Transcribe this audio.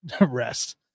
rest